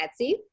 Etsy